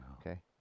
Okay